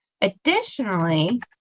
Additionally